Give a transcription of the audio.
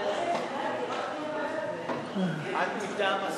אדוני היושב-ראש, תודה,